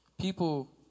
people